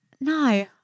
no